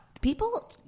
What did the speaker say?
People